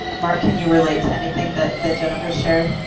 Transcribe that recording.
mark, can you relate to anything that that jennifer shared?